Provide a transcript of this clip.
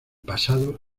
pasado